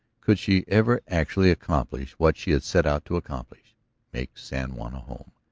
could she ever actually accomplish what she had set out to accomplish make san juan a home?